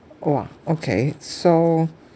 !wah! okay so